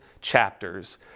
chapters